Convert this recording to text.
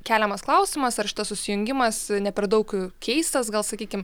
keliamas klausimas ar šitas susijungimas ne per daug keistas gal sakykim